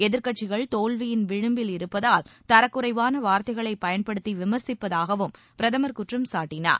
எதிர்க்கட்சிகள் தோல்வியின் விளிம்பில் இருப்பதால் தரக்குறைவான வார்த்தைகளை பயன்படுத்தி விமர்சிப்பதாகவும் பிரதமர் குற்றம் சாட்டினார்